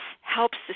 helps